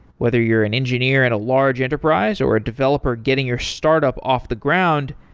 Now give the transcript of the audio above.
whether you're an engineer at a large enterprise, or a developer getting your startup off the ground,